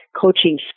coaching